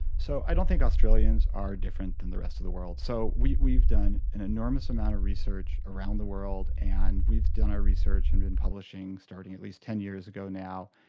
so i don't think australians are different than the rest of the world. so we've we've done an enormous amount of research around the world and we've done our research and been publishing starting at least ten years ago now,